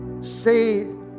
say